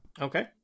Okay